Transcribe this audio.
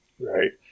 Right